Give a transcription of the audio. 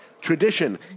tradition